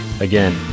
again